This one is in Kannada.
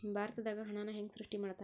ಭಾರತದಾಗ ಹಣನ ಹೆಂಗ ಸೃಷ್ಟಿ ಮಾಡ್ತಾರಾ